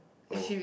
oh